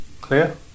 clear